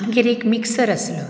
आमगेर एक मिक्सर आसलो